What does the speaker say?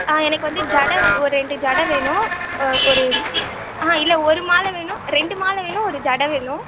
ஆ எனக்கு வந்து ஜடை வந்து ஒரு ரெண்டு ஜடை வேணும் ஒரு ஆ இல்லை ஒரு மாலை வேணும் ரெண்டு மாலை வேணும் ஒரு ஜடை வேணும்